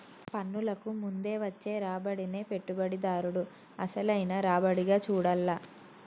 పన్నులకు ముందు వచ్చే రాబడినే పెట్టుబడిదారుడు అసలైన రాబడిగా చూడాల్ల